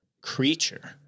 creature